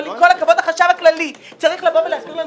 אבל החשב הכללי צריך לבוא ולהסביר לנו